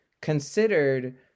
considered